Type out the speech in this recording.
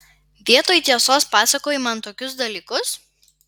vietoj tiesos pasakoji man tokius dalykus